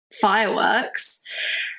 fireworks